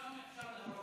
כמה אפשר להרוס?